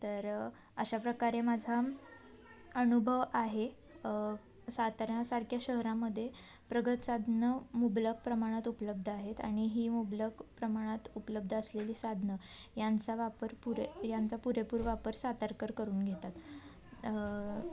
तर अशा प्रकारे माझा अनुभव आहे साताऱ्यासारख्या शहरामध्ये प्रगत साधनं मुबलक प्रमाणात उपलब्ध आहेत आणि ही मुबलक प्रमाणात उपलब्ध असलेली साधनं यांचा वापर पुरे यांचा पुरेपूर वापर सातारकर करून घेतात